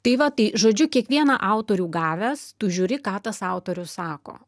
tai va tai žodžiu kiekvieną autorių gavęs tu žiūri ką tas autorius sako